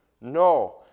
No